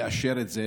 לאשר את זה,